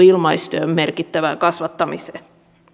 ilmaistyön merkittävään kasvattamiseen